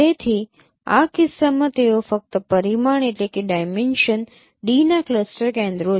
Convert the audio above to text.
તેથી આ કિસ્સામાં તેઓ ફક્ત પરિમાણ D ના ક્લસ્ટર કેન્દ્રો છે